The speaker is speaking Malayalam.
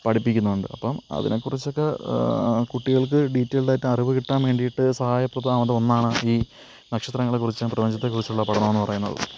പഠിപ്പിക്കുന്നുണ്ട് അപ്പം അതിനെ കുറിച്ചൊക്ക കുട്ടികൾക്ക് ഡീറ്റൈൽഡായിട്ട് അറിവ് കിട്ടാൻ വേണ്ടിട്ട് സഹായപ്രദമാവേണ്ട ഒന്നാണ് ഈ നക്ഷത്രങ്ങളെ കുറിച്ചും പ്രപഞ്ചത്തെ കുറിച്ചും ഉള്ള പഠനമെന്ന് പറയുന്നത്